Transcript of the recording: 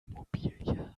immobilie